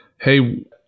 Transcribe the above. Hey